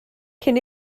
cyn